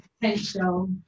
potential